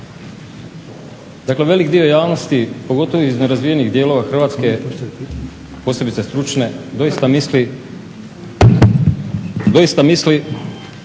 Dakle, velik dio javnosti pogotovo iz nerazvijenih dijelova Hrvatske posebice stručne doista misli da je